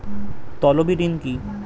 তলবি ঋণ কি?